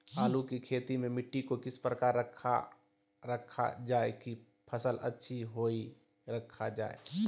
आलू की खेती में मिट्टी को किस प्रकार रखा रखा जाए की फसल अच्छी होई रखा जाए?